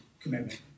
commitment